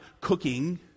cooking